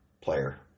player